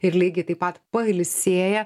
ir lygiai taip pat pailsėję